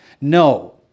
No